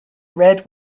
red